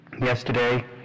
Yesterday